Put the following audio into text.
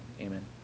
amen